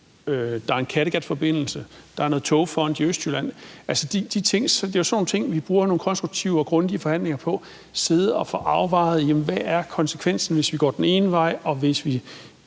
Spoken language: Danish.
der er en Kattegatforbindelse, der er noget togfond i Østjylland. Det er jo sådan nogle ting, som vi bruger nogle konstruktive og grundige forhandlinger på, hvor vi kan sidde og få afvejet, hvad konsekvensen er, hvis vi går den ene vej og laver